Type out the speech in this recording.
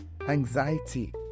anxiety